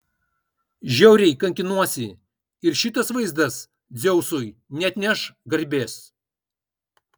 žiauriai kankinuosi ir šitas vaizdas dzeusui neatneš garbės